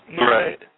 Right